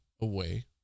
away